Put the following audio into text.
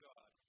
God